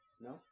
No